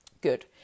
Good